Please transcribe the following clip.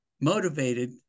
motivated